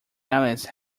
alice